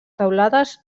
teulades